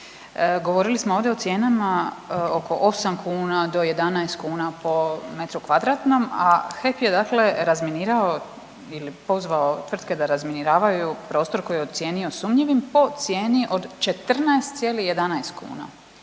Govorili smo ovdje o cijenama oko 8 kuna do 11 kuna po metru kvadratnom, a HEP je dakle razminirao ili pozvao tvrtke da razminiravaju prostor koji je ocijenio sumnjivim po cijeni od 14,11 kuna,